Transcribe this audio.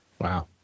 Wow